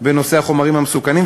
בנושא החומרים המסוכנים.